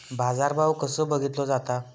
बाजार भाव कसो बघीतलो जाता?